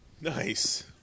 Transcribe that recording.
Nice